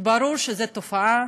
כי ברור שזו תופעה,